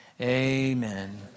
Amen